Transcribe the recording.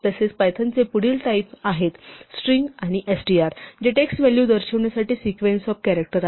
तसेच पायथॉनचे पुढील टाईप आहेत स्ट्रिंग किंवा str जे टेक्स्ट व्हॅलू दर्शविण्यासाठी सिक्वेन्स ऑफ कॅरॅक्टर आहे